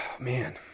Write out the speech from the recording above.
Man